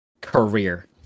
career